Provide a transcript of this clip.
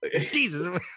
Jesus